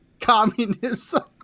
communism